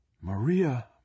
Maria